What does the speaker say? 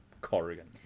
corrigan